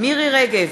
מירי רגב,